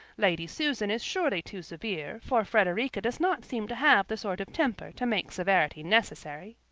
lady susan is surely too severe, for frederica does not seem to have the sort of temper to make severity necessary.